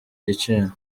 giciro